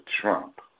Trump